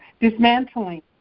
dismantling